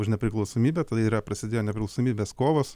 už nepriklausomybę tai yra prasidėjo nepriklausomybės kovos